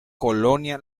colonia